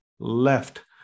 left